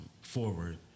forward